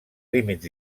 límits